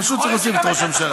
פשוט כי רוצים את ראש הממשלה.